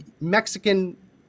Mexican